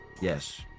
Yes